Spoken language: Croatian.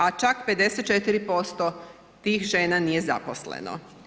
A čak 54% tih žena nije zaposleno.